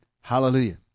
Hallelujah